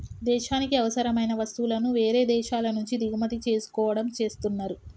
దేశానికి అవసరమైన వస్తువులను వేరే దేశాల నుంచి దిగుమతి చేసుకోవడం చేస్తున్నరు